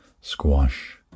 Squash